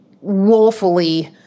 woefully